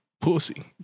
Pussy